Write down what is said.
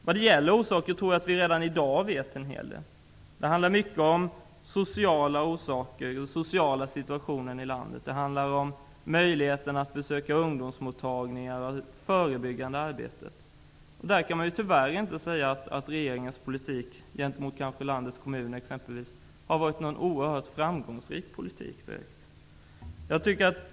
När det gäller orsaker tror jag att vi redan i dag vet en hel del. Det handlar mycket om den sociala situationen i landet, möjlighet att besöka ungdomsmottagningar och förebyggande arbete. Man kan tyvärr inte säga att regeringens politik gentemot landets kommuner har varit direkt framgångsrik.